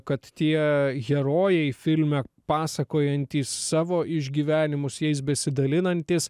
kad tie herojai filme pasakojantys savo išgyvenimus jais besidalinantys